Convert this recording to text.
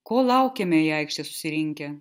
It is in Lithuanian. ko laukiame į aikštę susirinkę